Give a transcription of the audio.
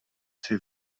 chci